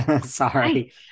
Sorry